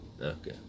Okay